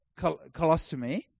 colostomy